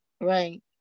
Right